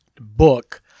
book